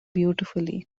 beautifully